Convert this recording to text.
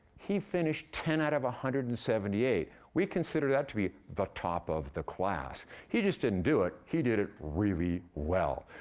he finished ten out of one hundred and seventy eight. we consider that to be the top of the class. he just didn't do it he did it really well.